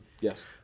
yes